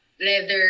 leather